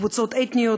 קבוצות אתניות,